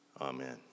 amen